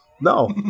No